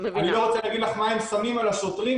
אני לא רוצה להגיד לך מה הם שמים על השוטרים,